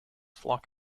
flock